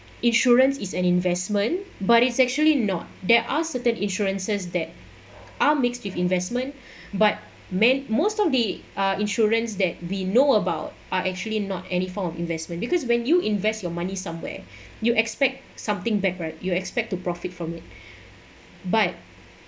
insurance is an investment but it's actually not there are certain insurances that are mixed with investment but men most of the ah insurance that we know about are actually not any form of investment because when you invest your money somewhere you expect something back right you expect to profit from it but